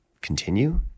continue